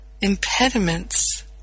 impediments